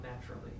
naturally